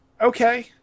Okay